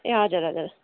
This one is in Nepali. ए हजुर हजुर